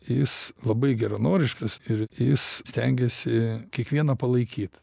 jis labai geranoriškas ir jis stengiasi kiekvieną palaikyt